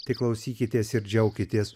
tik klausykitės ir džiaukitės